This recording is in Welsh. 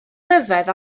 ryfedd